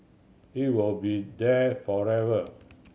it will be there forever